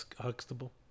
Huxtable